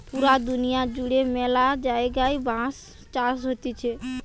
পুরা দুনিয়া জুড়ে ম্যালা জায়গায় বাঁশ চাষ হতিছে